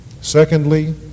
Secondly